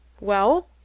Well